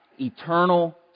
eternal